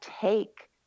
take